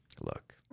look